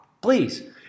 Please